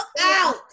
out